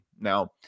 now